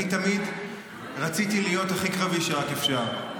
אני תמיד רציתי להיות הכי קרבי שרק אפשר.